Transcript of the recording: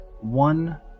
One